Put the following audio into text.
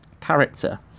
character